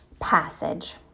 passage